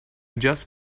just